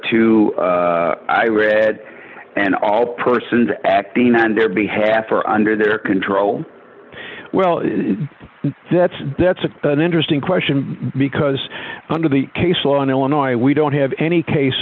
to i read and all persons acting on their behalf are under their control well that's that's an interesting question because under the case law in illinois we don't have any case